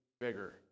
bigger